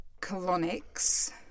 colonics